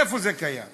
איפה זה קיים?